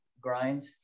grind